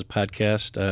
podcast